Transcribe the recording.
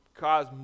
cause